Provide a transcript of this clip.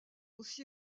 aussi